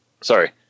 Sorry